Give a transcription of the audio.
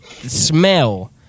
smell